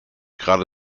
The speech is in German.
gerade